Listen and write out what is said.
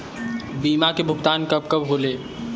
बीमा के भुगतान कब कब होले?